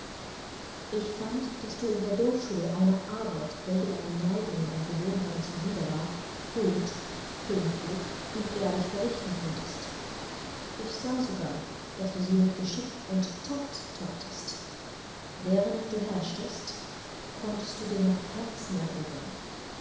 ich fand daß du in der dorfschule eine arbeit welche deinen neigungen und gewohnheiten zuwider war gut pünktlich und ehrlich verrichten konntest ich sah sogar daß du sie mit geschick und takt thatest während du herrschtest konntest du dir noch herzen erobern